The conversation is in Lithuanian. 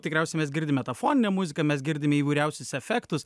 tikriausiai mes girdime tą foninę muziką mes girdime įvairiausius efektus